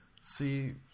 See